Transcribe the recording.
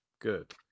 Good